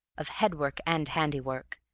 of head-work and handiwork,